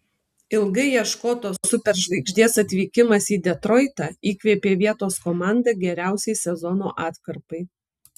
ilgai ieškotos superžvaigždės atvykimas į detroitą įkvėpė vietos komandą geriausiai sezono atkarpai